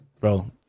Bro